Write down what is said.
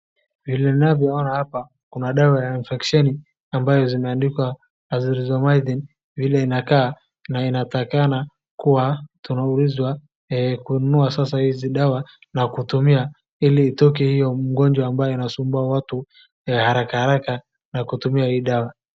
vile unavyo ona hapa kuna dawa ya kispesheli ambayo zimeandikwa azithromycin vile inakaa na inatakikana kuwa tunaulizwa kununua sasa izi dawa na kutumia ili itoke iyo ugonjwa inasumbua watu haraka haraka na kutumia hii dawa